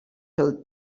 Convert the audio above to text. pel